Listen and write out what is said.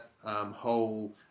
whole